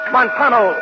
Montano